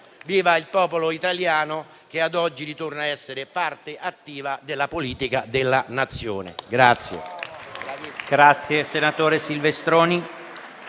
viva il popolo italiano, che ad oggi ritorna a essere parte attiva della politica della Nazione.